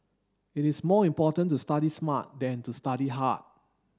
it is more important to study smart than to study hard